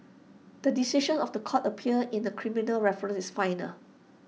the decision of The Court of appeal in A criminal reference is final